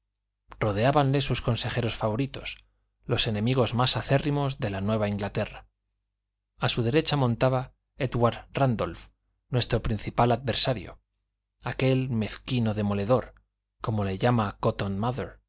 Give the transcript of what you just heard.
marcial rodeábanle sus consejeros favoritos los enemigos más acérrimos de la nueva inglaterra a su derecha montaba édward rándolph nuestro principal adversario aquel mezquino demoledor como le llama cotton